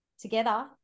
together